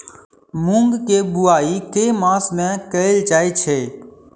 मूँग केँ बोवाई केँ मास मे कैल जाएँ छैय?